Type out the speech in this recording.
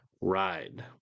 ride